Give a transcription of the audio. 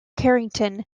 carrington